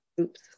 Oops